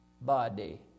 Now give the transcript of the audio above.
body